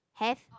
have